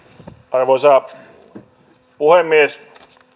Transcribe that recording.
arvoisa puhemies